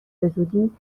بزودی